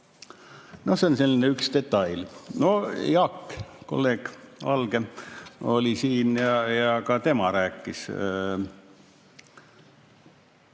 No see on üks detail. Jaak, kolleeg Valge, oli siin ja ka tema rääkis.